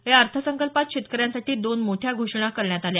या अर्थसंकल्पात शेतकऱ्यांसाठी दोन मोठ्या घोषणा करण्यात आल्या